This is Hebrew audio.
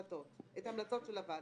ההחלטות את ההמלצות של הוועדה.